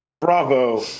Bravo